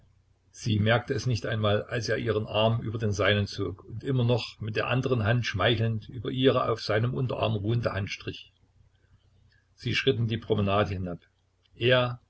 sie merkte es nicht einmal als er ihren arm über den seinen zog und immer noch mit der anderen hand schmeichelnd über ihre auf seinem unterarm ruhende hand strich sie schritten die promenade hinab er